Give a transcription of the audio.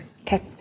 Okay